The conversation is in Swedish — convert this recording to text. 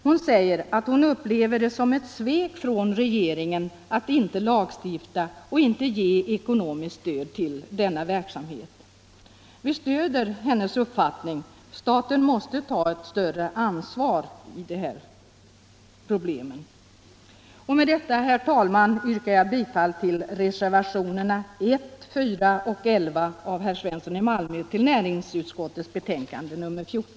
Hon säger att hon upplever det som ett svek från regeringen att inte lagstifta och inte ge ekonomiskt stöd till denna verksamhet. Vi stöder hennes uppfattning. Staten måste ta ett större ansvar på det här området.